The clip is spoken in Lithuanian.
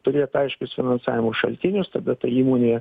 turėt aiškius finansavimo šaltinius tada ta įmonė